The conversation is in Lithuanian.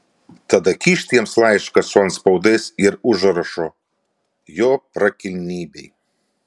tada kyšt jiems laišką su antspaudais ir užrašu jo prakilnybei